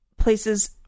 Places